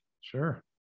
Sure